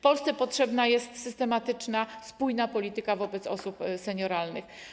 Polsce potrzebna jest systematyczna, spójna polityka wobec osób senioralnych.